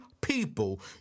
people